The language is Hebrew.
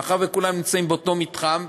מאחר שכולם נמצאים באותו מתחם,